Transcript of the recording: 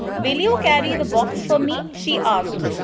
will you carry the box for me, she asked.